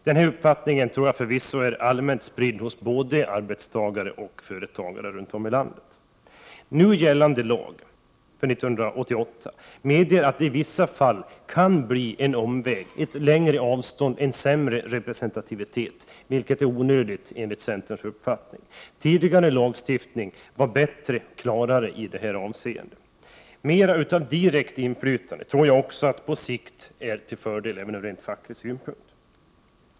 Denna uppfattning är förvisso allmänt spridd hos både arbetstagare och företagare runt om i landet. Nu gällande lag medger att det i vissa fall kan bli en omväg, ett längre avstånd och sämre representativitet, vilket är onödigt, enligt centerns uppfattning. Tidigare lagstiftning var bättre och klarare i detta avseende. Mera av direkt inflytande torde på sikt vara till fördel även ur facklig synpunkt.